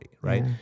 right